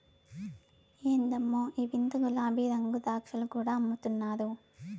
ఎందమ్మో ఈ వింత గులాబీరంగు ద్రాక్షలు కూడా అమ్ముతున్నారు